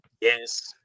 Yes